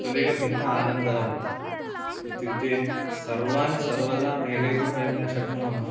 तदेकभिन्न आनन्दः भवति इत्युक्ते सर्वान् सर्वदा मेलयितुं वयं न शक्नुमः